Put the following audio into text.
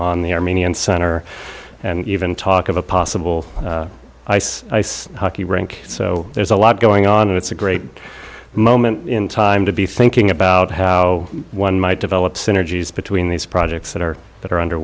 on the armenian center and even talk of a possible ice ice hockey rink so there's a lot going on and it's a great moment in time to be thinking about how one might develop synergies between these projects that are that are under